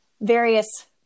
various